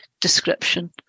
description